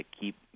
keep